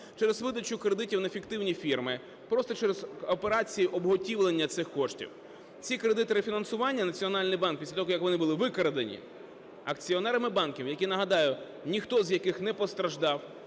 через видачу кредитів на фіктивні фірми, просто через операції обготівлення цих коштів. Ці кредити рефінансування Національний банк, після того як вони були викрадені акціонерами банків, які, нагадаю, ніхто з яких не постраждав,